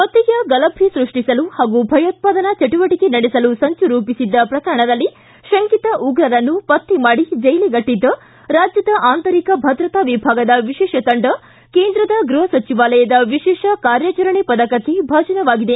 ಮತೀಯ ಗಲಭೆ ಸೃಷ್ಷಿಸಲು ಹಾಗೂ ಭಯೋತ್ಪಾದನಾ ಚಟುವಟಿಕೆ ನಡೆಸಲು ಸಂಚು ರೂಪಿಸಿದ್ದ ಪ್ರಕರಣದಲ್ಲಿ ಶಂಕಿತ ಉಗ್ರರನ್ನು ಪತ್ತೆ ಮಾಡಿ ಜೈಲಿಗಟ್ಟಿದ್ದ ರಾಜ್ಯದ ಆಂತರಿಕ ಭದ್ರತಾ ವಿಭಾಗದ ವಿಶೇಷ ತಂಡ ಕೇಂದ್ರದ ಗೃಪ ಸಚಿವಾಲಯದ ವಿಶೇಷ ಕಾರ್ಯಾಚರಣೆ ಪದಕಕ್ಕೆ ಭಾಜನವಾಗಿದೆ